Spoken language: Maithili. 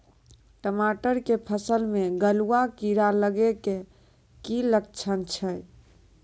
टमाटर के फसल मे गलुआ कीड़ा लगे के की लक्छण छै